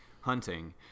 hunting